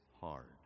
hard